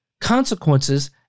consequences